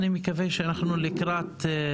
בנושא של לאחד את כולנו,